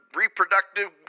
reproductive